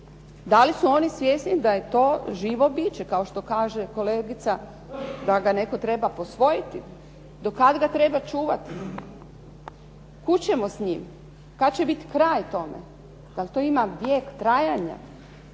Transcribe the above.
Da li su oni svjesni da je to živo biće kao što kaže kolegica da ga netko treba posvojiti. Do kad ga treba čuvati? Kud ćemo s njim? Kad će biti kraj tome? Pa jel' to ima vijek trajanja.